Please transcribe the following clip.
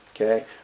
Okay